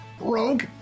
Rogue